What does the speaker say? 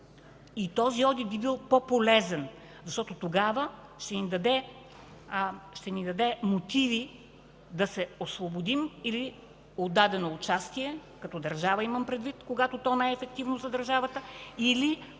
Този одит би бил по-полезен, защото тогава ще ни даде мотиви да се освободим от дадено участие като държава, когато то не е ефективно за държавата, или